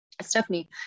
Stephanie